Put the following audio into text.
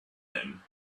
him